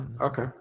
okay